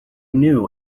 knew